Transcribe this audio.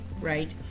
right